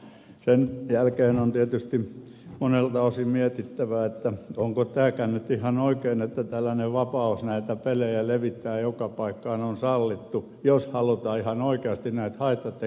sen jälkeen on tietysti monelta osin mietittävä onko tämäkään nyt ihan oikein että tällainen vapaus näitä pelejä levittää joka paikkaan on sallittu jos halutaan ihan oikeasti näitä haittatekijöitä estää